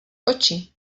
oči